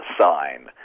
sign